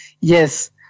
Yes